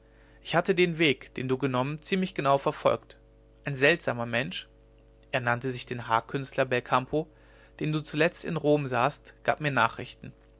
ich hatte den weg den du genommen ziemlich genau verfolgt ein seltsamer mensch er nannte sich den haarkünstler belcampo den du zuletzt in rom sahst gab mir nachrichten